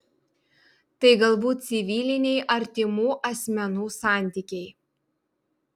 tai galbūt civiliniai artimų asmenų santykiai